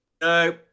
No